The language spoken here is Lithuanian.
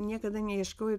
niekada neieškojau